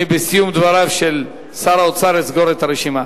אני, בסיום דבריו של שר האוצר, אסגור את הרשימה.